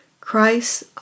Christ